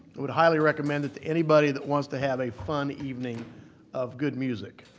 i would highly recommend that to anybody that wants to have a fun evening of good music.